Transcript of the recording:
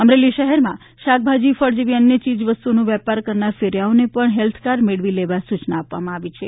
અમરેલી શહેરમા શાકભાજી ફળ જેવી અન્ય ચિજવસ્તુનો વેપાર કરનાર ફેરીયાઓને પણ હેલ્થકાર્ડ મેળવી લેવા સુચના આપવામાં આવી છે